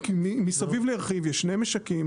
כי מסביב לירחיב יש שני משקים,